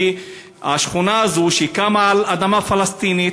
שהיא השכונה הזאת שקמה על אדמה פלסטינית,